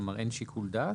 כלומר, אין שיקול דעת?